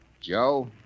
Joe